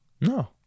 no